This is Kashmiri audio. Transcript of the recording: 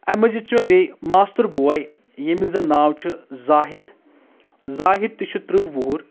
امہِ مٔزیٖد چھُ مےٚ بیٚیہِ ماستُر بوے ییٚمِس زَن ناو چھُ زاہِد زاہِد تہِ چھُ تٕرٛہ وُہُر